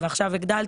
מה שהיה.